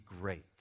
great